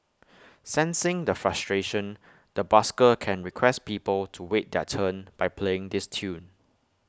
sensing the frustration the busker can request people to wait their turn by playing this tune